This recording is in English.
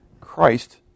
Christ